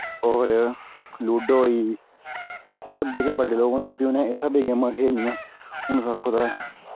होर लुड्डो होई मतलव जेह्के बड्डे लोग होंदे फ्ही उ'नें इस स्हाबै दियां गेमां खेलनियां हुन तुस आक्खो तां